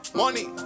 money